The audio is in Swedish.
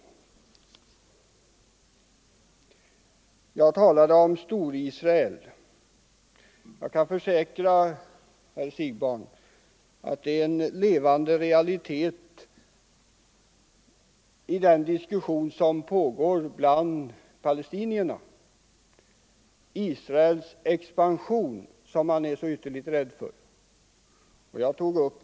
Fredagen den Jag talade om Storisrael. Jag kan försäkra herr Siegbahn att detta är 22 november 1974 en levande realitet i den diskussion som pågår bland palestinierna — det är Israels expansion som man är så ytterligt rädd för. Jag tog upp saken Ang.